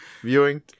viewing